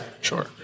Sure